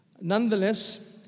Nonetheless